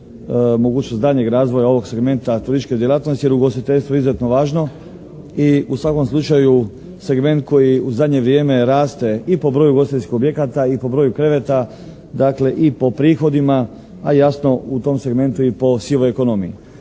mogućnost daljnjeg razvoja ovog segmenta turističke djelatnosti jer je ugostiteljstvo izuzetno važno i u svakom slučaju segment koji u zadnje vrijeme raste i po broju ugostiteljskih objekata i po broju kreveta dakle i po prihodima a jasno u tom segmentu i po sivoj ekonomiji.